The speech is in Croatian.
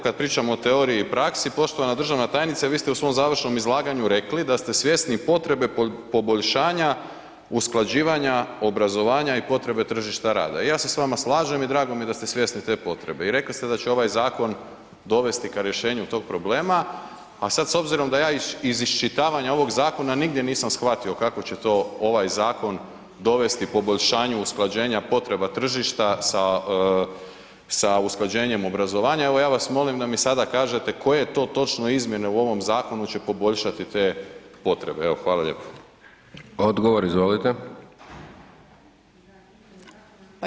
Kad pričamo o teoriji i praksi, poštovana državna tajnice, vi ste u svom završnom izlaganju rekli da ste svjesni potrebe poboljšanja, usklađivanja, obrazovanja i potrebe tržišta rada i ja se s vama slažem i drago mi je da ste svjesni te potrebe i rekli ste da će ovaj zakon dovesti ka rješenju tog problema a sad s obzirom da ja iz iščitavanja ovog zakona nigdje nisam shvatio kako će to ovaj zakon dovesti poboljšanju usklađenja potreba tržišta sa usklađenjem obrazovanja, evo ja vas molim da mi sada kažete koje to točno izmjene u ovom zakonu će poboljšati te potrebe.